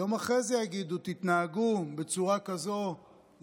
יום אחרי זה יגידו: תתנהגו בצורה כזאת,